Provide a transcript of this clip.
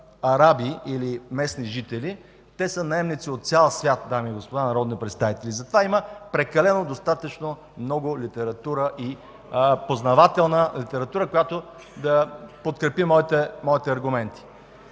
араби или местни жители, те са наемници от цял свят, дами и господа народни представители, и затова има достатъчно, прекалено много познавателна литература, която да подкрепи моите аргументи.